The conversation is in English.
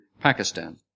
Pakistan